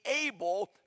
able